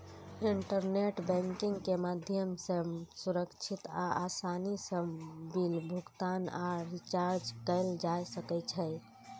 internet banking के माध्यम सं सुरक्षित आ आसानी सं बिल भुगतान आ रिचार्ज कैल जा सकै छै